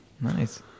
Nice